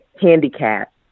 handicap